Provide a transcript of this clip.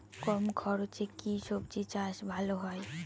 কম খরচে কি সবজি চাষ ভালো হয়?